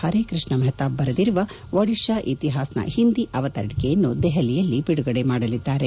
ಪರೇಕೃಷ್ಣ ಮಹತಾಬ್ ಬರೆದಿರುವ ಒಡಿಶಾ ಇತಿಹಾಸ್ನ ಓಂದಿ ಅವತರಣಿಕೆಯನ್ನು ದೆಪಲಿಯಲ್ಲಿ ಬಿಡುಗಡೆ ಮಾಡಲಿದ್ದಾರೆ